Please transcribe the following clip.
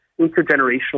Intergenerational